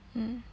mm